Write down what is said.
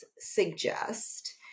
suggest